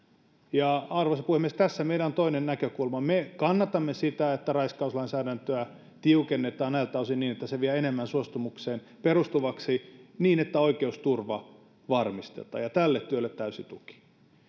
arvoisa puhemies tässä meillä on toinen näkökulma me kannatamme sitä että raiskauslainsäädäntöä tiukennetaan näiltä osin enemmän suostumukseen perustuvaksi niin että oikeusturva varmistetaan ja tälle työlle täysi tuki